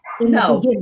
No